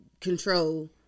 control